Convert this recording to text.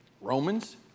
Romans